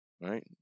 Right